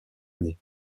année